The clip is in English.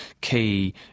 key –